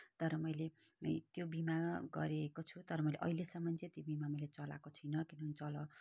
तर मैले त्यो बिमा गरेको छु तर मैले अहिलेसम्म चाहिँ त्यो बिमा मैले चलाएको छुइनँ किनभने चल